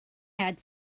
ads